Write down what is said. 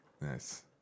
Nice